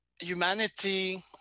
Humanity